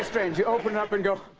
range you open up and go